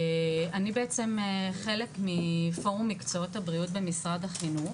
אני בעצם חלק מפורום מקצועות הבריאות במשרד החינוך,